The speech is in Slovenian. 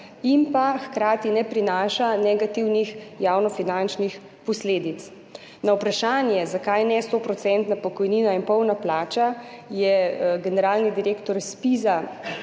in hkrati ne prinaša negativnih javnofinančnih posledic. Na vprašanje, zakaj ne 100-odstotna pokojnina in polna plača, je generalni direktor ZPIZ